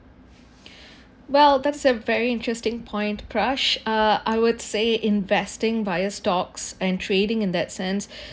well that's a very interesting point krash ah I would say investing via stocks and trading in that sense